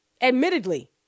Admittedly